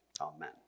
Amen